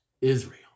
Israel